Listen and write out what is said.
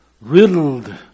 riddled